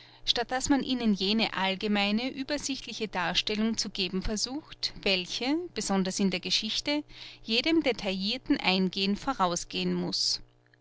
statt daß man ihnen jene allgemeine übersichtliche darstellung zu geben versucht welche besonders in der geschichte jedem detaillirten eingehen vorausgehen muß